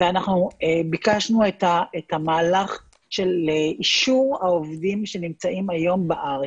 ביקשנו את המהלך של אישור העובדים שנמצאים היום בארץ,